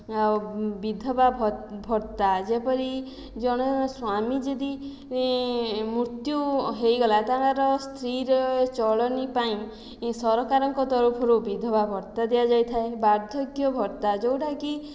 ଆଉ ବିଧବା ଭତ୍ତା ଯେପରି ଜଣେ ସ୍ୱାମୀ ଯଦି ମୃତ୍ୟୁ ହୋଇଗଲା ତାର ସ୍ତ୍ରୀର ଚଳନି ପାଇଁ ସରକାରଙ୍କ ତରଫରୁ ବିଧବା ଭତ୍ତା ଦିଆଯାଇଥାଏ ବାର୍ଦ୍ଧକ୍ୟ ଭତ୍ତା ଯେଉଁଟାକି